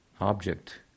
object